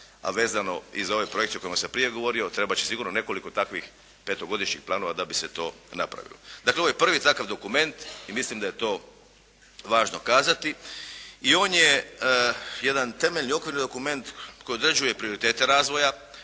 a vezano i za ovu projekciju o kojima sam prije govorio, trebati će sigurno nekoliko takvih petogodišnjih planova da bi se to napravilo. Dakle, ovo je prvi takav dokument i mislim da je to važno kazati. I on je jedan temeljni okvir dokument koji određuje prioritete razvoja,